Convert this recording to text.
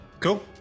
Cool